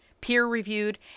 peer-reviewed